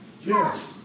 Yes